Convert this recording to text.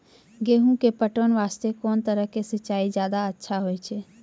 गेहूँ के पटवन वास्ते कोंन तरह के सिंचाई ज्यादा अच्छा होय छै?